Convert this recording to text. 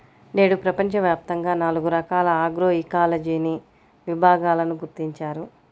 నేడు ప్రపంచవ్యాప్తంగా నాలుగు రకాల ఆగ్రోఇకాలజీని విభాగాలను గుర్తించారు